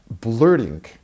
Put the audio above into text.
blurting